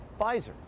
Pfizer